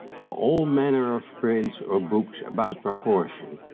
for all manner of prints or books about proportion,